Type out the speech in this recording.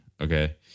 Okay